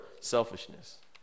selfishness